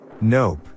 Nope